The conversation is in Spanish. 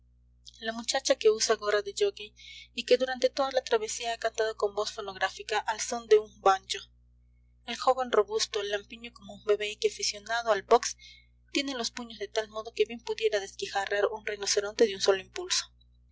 la muchacha que usa gorra de jockey y que durante toda la travesía ha cantado con voz fonográfica al són de un banjo el joven robusto lampiño como un bebé y que aficionado al box tiene los puños de tal modo que bien pudiera desquijarrar un rinoceronte de un solo impulso